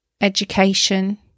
education